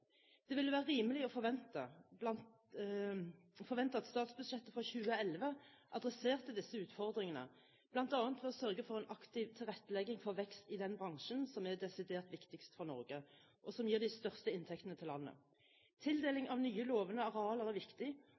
Det ville være rimelig å forvente at statsbudsjettet for 2011 adresserte disse utfordringene, bl.a. ved å sørge for en aktiv tilrettelegging for vekst i den bransjen som er desidert viktigst for Norge, og som gir de største inntektene til landet. Tildeling av nye, lovende arealer er viktig,